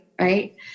Right